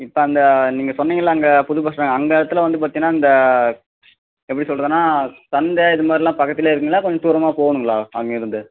இப்போ அந்த நீங்கள் சொன்னீங்கல்ல அங்கே புது பஸ் ஸ்டாண்ட் அந்த இடத்துல வந்து பார்த்தீங்கன்னா அந்த எப்படி சொல்கிறதுன்னா சந்தை இது மாதிரிலாம் பக்கத்துலேயே இருக்குங்களா கொஞ்சம் தூரமாக போகணுங்களா அங்கேயிருந்து